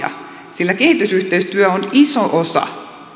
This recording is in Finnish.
sillä kehitysyhteistyö on iso osa